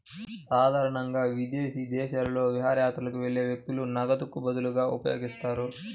సాధారణంగా విదేశీ దేశాలలో విహారయాత్రకు వెళ్లే వ్యక్తులు నగదుకు బదులుగా ఉపయోగిస్తారు